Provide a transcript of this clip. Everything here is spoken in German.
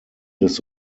des